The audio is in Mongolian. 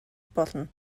болно